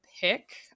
pick